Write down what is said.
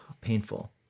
painful